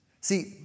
See